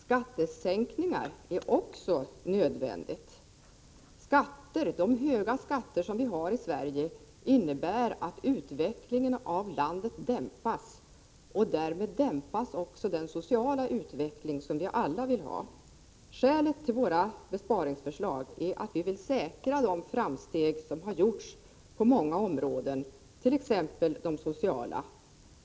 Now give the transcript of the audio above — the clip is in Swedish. Skattesänkningar är också nödvändiga. De höga skatter som vi har i Sverige innebär att utvecklingen i landet dämpas. Därmed dämpas också den sociala utveckling som vi alla vill ha. Skälet till våra besparingsförslag är att vi vill säkra de framsteg som har gjorts på många områden, t.ex. det sociala.